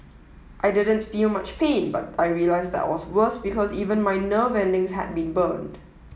I didn't feel much pain but I realised that was worse because even my nerve endings had been burned